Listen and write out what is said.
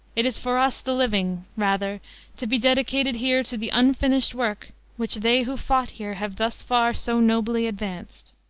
it is for us, the living, rather to be dedicated here to the unfinished work which they who fought here have thus far so nobly advanced.